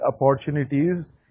opportunities